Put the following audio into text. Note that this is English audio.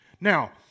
Now